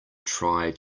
try